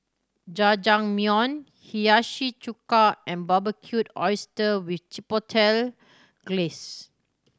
Jajangmyeon Hiyashi Chuka and Barbecued Oyster with Chipotle Glaze